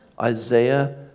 Isaiah